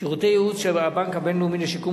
שירותי ייעוץ שהבנק הבין-לאומי לשיקום